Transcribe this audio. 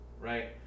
right